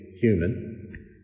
human